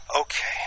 okay